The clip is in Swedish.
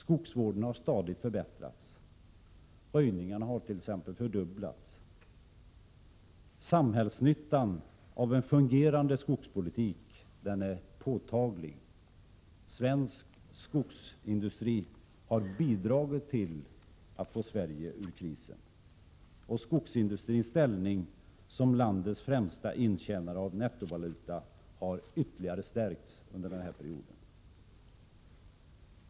Skogsvården har stadigt förbättrats, och exempelvis röjningarna har fördubblats. Samhällsnyttan av en fungerande skogspolitik är påtaglig. Vår skogsindustri har bidragit till att få Sverige ur krisen. Skogsindustrins ställning som landets främsta intjänare av nettovaluta har ytterligare stärkts under den här perioden.